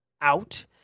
out